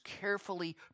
carefully